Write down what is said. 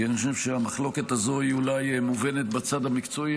כי אני חושב שהמחלוקת הזו היא אולי מובנת בצד המקצועי,